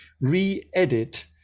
re-edit